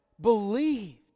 believed